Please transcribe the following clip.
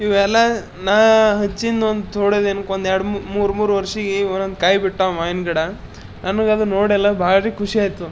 ಇವೆಲ್ಲ ನಾನು ಹಚ್ಚಿದ್ದು ಅಂತ ತೋಡೆ ದಿನಕ್ಕೆ ಒಂದು ಎರಡು ಮೂರು ಮೂರು ವರ್ಷಕ್ಕೆ ಒಂದೊಂದು ಕಾಯಿ ಬಿಟ್ಟವು ಮಾವಿನ ಗಿಡ ನನ್ಗೆ ಅದು ನೋಡೆಲ್ಲ ಬಾಳಿರಿ ಖುಷಿಯಾಯಿತು